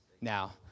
now